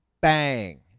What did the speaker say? bang